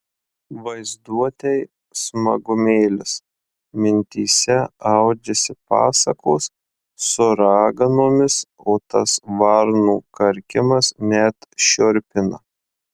vaizduotei smagumėlis mintyse audžiasi pasakos su raganomis o tas varnų karkimas net šiurpina